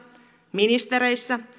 ministereissä